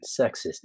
sexist